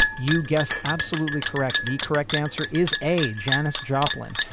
you guessed absolutely correct. the correct answer is a janis joplin